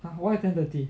!huh! why ten thirty